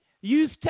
use